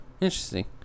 interesting